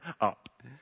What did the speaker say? up